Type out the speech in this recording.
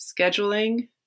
scheduling